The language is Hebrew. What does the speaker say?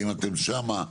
האם אתם שם?